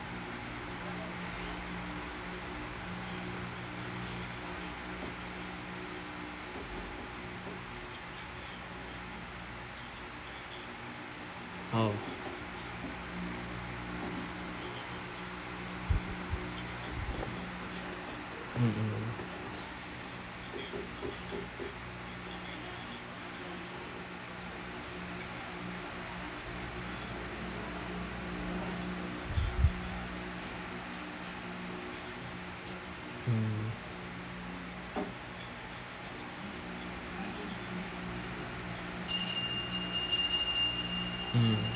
oh mm mm mm mm